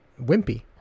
wimpy